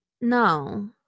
No